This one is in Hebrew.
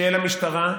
של המשטרה,